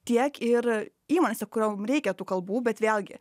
tiek ir imasi kur jom reikia tų kalbų bet vėlgi